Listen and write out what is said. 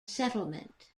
settlement